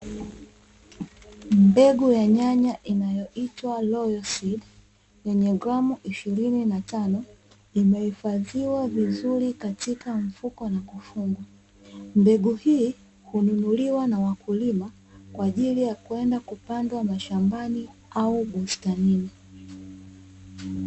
Mbegu ya nyanya inayoitwa "loyal seed" yenye gramu 25 imehifadhiwa vizuri katika mfuko na kufungwa. Mbegu hii hununuliwa na wakulima kwa ajili ya kwenda kupandwa mashambani au bustanini.